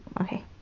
Okay